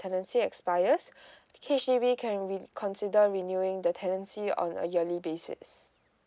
the tenancy expires H_D_B can re consider renewing the tenancy on a yearly basis